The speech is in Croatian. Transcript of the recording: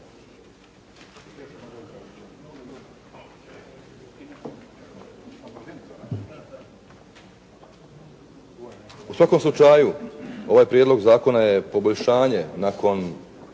U svakom slučaju, ovaj prijedlog zakona je poboljšanje nakon